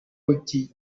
w’iki